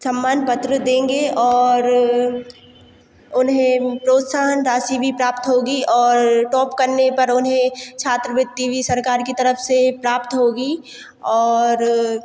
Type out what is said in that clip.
सम्मान पत्र देंगे और उन्हें प्रोत्साहन राशि भी प्राप्त होगी और टॉप करने पर उन्हें छात्रवृति भी सरकार की तरफ से प्राप्त होगी और